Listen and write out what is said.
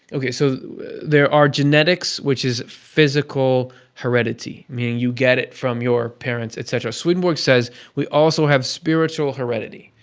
okay, so there are genetics, which is physical heredity, meaning you get it from your parents, etcetera. swedenborg says we also have spiritual heredity,